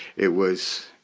it was